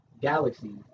galaxy